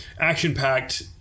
Action-packed